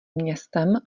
městem